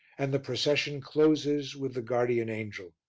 and the procession closes with the guardian angel.